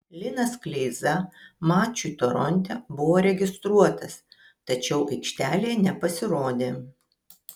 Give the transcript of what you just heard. linas kleiza mačui toronte buvo registruotas tačiau aikštelėje nepasirodė